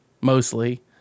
mostly